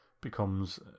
becomes